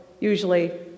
usually